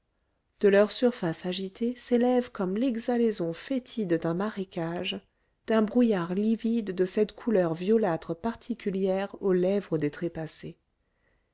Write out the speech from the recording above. de leur surface agitée s'élève comme l'exhalaison fétide d'un marécage d'un brouillard livide de cette couleur violâtre particulière aux lèvres des trépassés